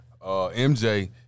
MJ